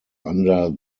under